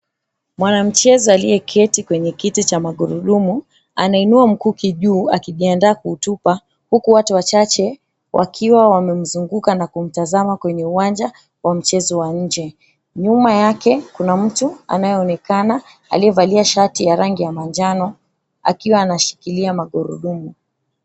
Mwanamchezo aliyeketi kwenye kiti cha magurudumu anainua mkuki juu akijiandaa kutupa huku watu wachache wakiwa wamemzunguka na kumtazama kwenye uwanja wa mchezo wa inje nyuma yake, kuna mtu anayeonekana aliyevalia shati ya rangi ya manjano akiwa anashikilia magurudumu.